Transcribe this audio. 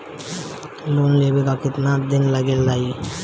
Loan लेबे ला कितना दिन लाग जाई?